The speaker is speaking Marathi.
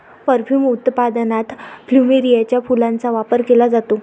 परफ्यूम उत्पादनात प्लुमेरियाच्या फुलांचा वापर केला जातो